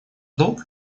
долг